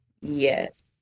yes